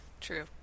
true